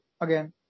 again